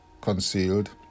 concealed